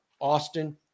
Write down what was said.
Austin